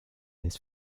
this